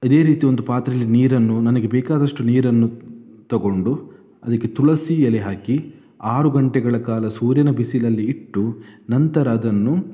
ಇದೇ ರೀತಿ ಒಂದು ಪಾತ್ರೆಯಲ್ಲಿ ನೀರನ್ನು ನನಗೆ ಬೇಕಾದಷ್ಟು ನೀರನ್ನು ತಗೊಂಡು ಅದಕ್ಕೆ ತುಳಸಿ ಎಲೆ ಹಾಕಿ ಆರು ಗಂಟೆಗಳ ಕಾಲ ಸೂರ್ಯನ ಬಿಸಿಲಲ್ಲಿ ಇಟ್ಟು ನಂತರ ಅದನ್ನು